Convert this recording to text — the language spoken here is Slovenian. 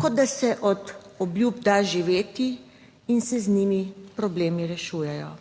Kot da se od obljub da živeti in se z njimi problemi rešujejo.